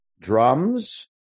drums